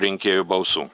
rinkėjų balsų